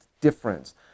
difference